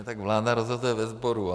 No tak vláda rozhoduje ve sboru.